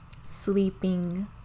sleeping